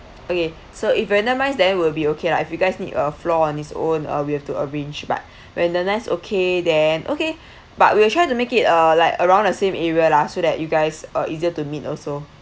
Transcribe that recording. okay so if randomize there will be okay lah if you guys need a floor on its own uh we have to arrange but randomize okay then okay but we will try to make it uh like around the same area lah so that you guys uh easier to meet also